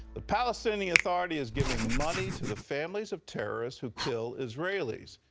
the palestinian authority is giving money to the families of terrorists who kill israelis,